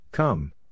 Come